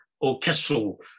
orchestral